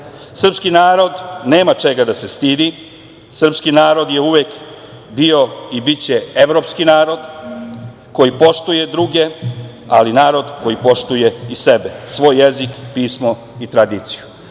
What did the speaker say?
narod. Srpski narod nema čega da se stidi. Srpski narod je uvek bio i biće evropski narod koji poštuje druge, ali narod koji poštuje i sebe, svoj jezik, pismo i tradiciju. Sve